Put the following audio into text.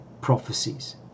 prophecies